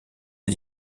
est